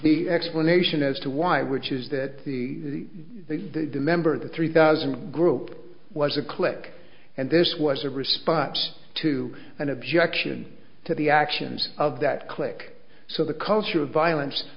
the explanation as to why which is that the member of the three thousand group was a click and this was a response to an objection to the actions of that click so the culture of violence